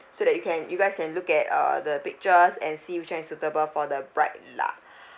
so that you can you guys can look at uh the pictures and see which [one] is suitable for the bride lah